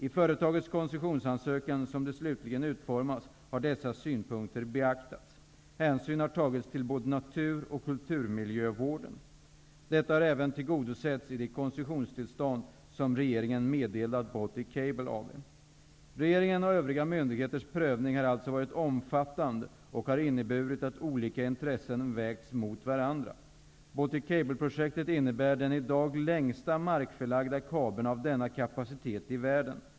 I företagets koncessionsansökan som den slutligen utformats har dessa synpunkter beaktats. Hänsyn har tagits till både natur och kulturmiljövården. Detta har även tillgodosetts i det koncessionstillstånd som regeringen meddelat Baltic Cable AB. Regeringens och övriga myndigheters prövning har alltså varit omfattande och har inneburit att olika intressen vägts mot varandra. Baltic Cable-projektet innebär den i dag längsta markförlagda kabeln av denna kapacitet i världen.